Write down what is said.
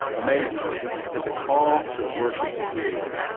amazing, isn't it? it's a call to worship the creator.